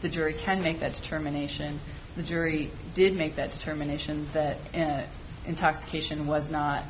the jury can make that determination the jury did make that determination that intoxication was not